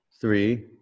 three